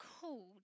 called